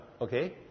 okay